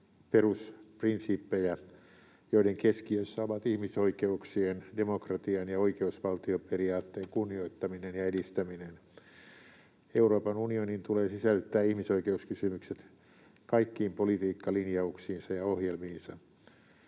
perusprinsiippejä, joiden keskiössä ovat ihmisoikeuksien, demokratian ja oikeusvaltioperiaatteen kunnioittaminen ja edistäminen. Euroopan unionin tulee sisällyttää ihmisoikeuskysymykset kaikkiin politiikkalinjauksiinsa ja ‑ohjelmiinsa.